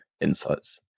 Insights